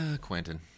Quentin